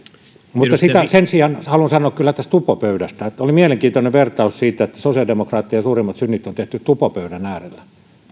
mutta sen sijaan haluan sanoa kyllä tästä tupopöydästä että oli mielenkiintoinen vertaus se että sosiaalidemokraattien suurimmat synnit on tehty tupopöydän äärellä